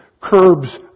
curbs